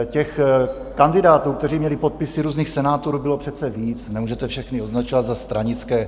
Těch kandidátů, kteří měli podpisy různých senátorů, bylo přece víc, nemůžete všechny označovat za stranické.